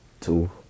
Two